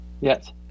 Yes